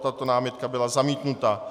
Tato námitka byla zamítnuta.